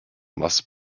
must